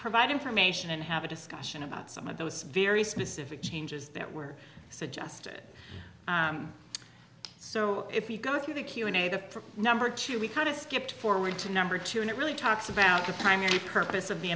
provide information and have a discussion about some of those very specific changes that were suggested so if you go through the q and a the number two we kind of skipped forward to number two and it really talks about the primary purpose of the